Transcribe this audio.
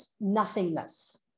nothingness